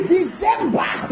December